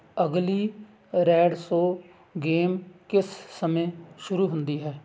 ਅਗਲੀ ਰੈਡਸੋ ਗੇਮ ਕਿਸ ਸਮੇਂ ਸ਼ੁਰੂ ਹੁੰਦੀ ਹੈ